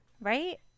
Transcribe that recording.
Right